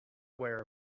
aware